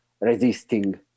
resisting